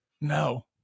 No